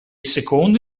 secondo